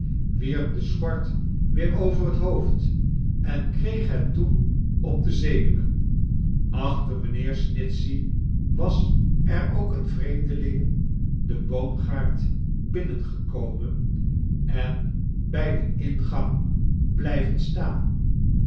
wierp de schort weer over het hoofd en kreeg het toen op de zenuwen achter mijnheer snitchey was er ook een vreemdeling den boomgaard binnengekomen en bij den ingang blijkerstvertellingen ven staan